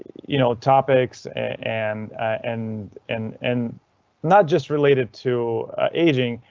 you know topics and and and and. not just related to aging,